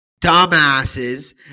dumbasses